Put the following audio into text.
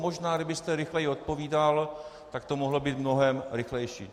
Možná kdybyste rychleji odpovídal, tak to mohlo být mnohem rychlejší.